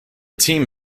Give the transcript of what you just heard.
team